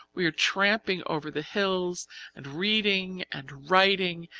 we are tramping over the hills and reading and writing,